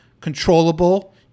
controllable